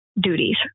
duties